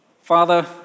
Father